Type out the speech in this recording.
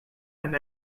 and